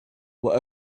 were